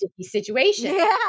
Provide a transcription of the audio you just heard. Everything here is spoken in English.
situation